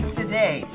today